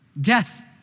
Death